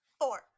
Four